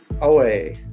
away